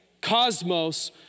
cosmos